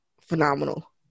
phenomenal